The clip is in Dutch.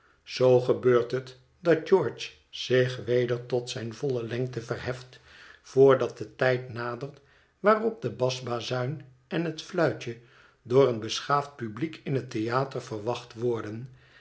zoo gebeurt het dat george zich weder tot zijne volle lengte verheft voordat de tijd nadert waarop de basbazuin en het fluitje door een beschaafd publiek in het theater verwacht worden